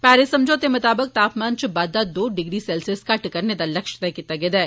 Paris समझौते मताबक तापमान च बाद्वा दो डिग्री सैल्सियस घट्ट करने दा लक्ष्य तैह् कीता गेदा ऐ